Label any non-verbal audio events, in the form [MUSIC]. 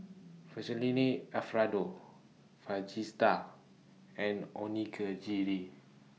Fettuccine Alfredo [UNINTELLIGIBLE] and [UNINTELLIGIBLE]